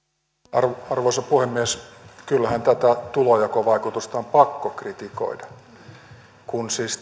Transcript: arvoisa puhemies kyllähän tätä tulonjakovaikutusta on pakko kritikoida kun siis